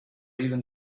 even